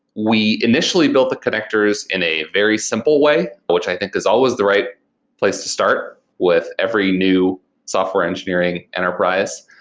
we initially built the connectors in a very simple way, which i think is always the right place to start with every new software engineering enterprise.